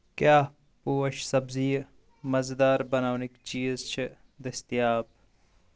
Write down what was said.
کیٛاہ پوش سبزِیہِ مزٕدار بناونٕکؠ چیٖز چھِ دٔستیاب